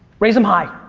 raise em high.